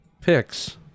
picks